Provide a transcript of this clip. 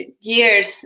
years